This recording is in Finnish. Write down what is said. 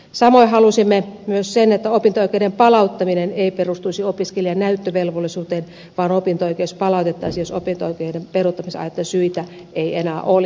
samoin halusimme myös sen että opinto oikeuden palauttaminen ei perustuisi opiskelijan näyttövelvollisuuteen vaan opinto oikeus palautettaisiin jos opinto oikeuden peruuttamisen syitä ei enää olisi